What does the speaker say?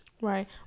right